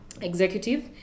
executive